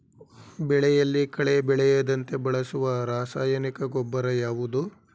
ಬೆಳೆಯಲ್ಲಿ ಕಳೆ ಬೆಳೆಯದಂತೆ ಬಳಸುವ ರಾಸಾಯನಿಕ ಗೊಬ್ಬರ ಯಾವುದು?